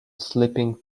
slipping